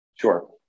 Sure